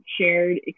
shared